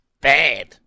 bad